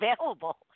available